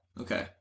Okay